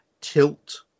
tilt